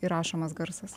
įrašomas garsas